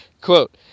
Quote